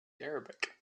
arabic